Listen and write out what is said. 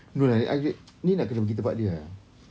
no ah like I feel ni nak kena pergi tempat dia ah